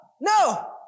no